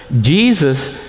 Jesus